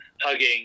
hugging